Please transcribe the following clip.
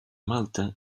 malta